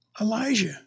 Elijah